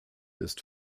ist